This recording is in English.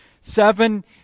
seven